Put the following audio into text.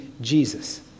Jesus